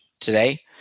today